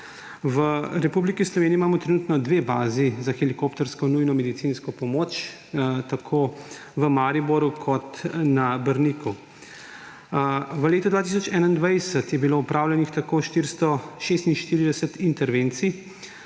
V Republiki Sloveniji imamo trenutno dve bazi za helikoptersko nujno medicinsko pomoč tako v Mariboru kot na Brniku. V letu 2021 je bilo opravljenih tako 446 intervencij,